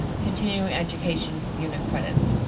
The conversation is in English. continuing education unit credits.